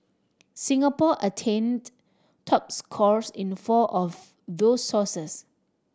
Singapore attained top scores in four of those sources